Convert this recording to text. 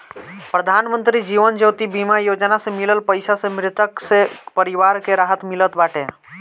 प्रधानमंत्री जीवन ज्योति बीमा योजना से मिलल पईसा से मृतक के परिवार के राहत मिलत बाटे